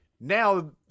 Now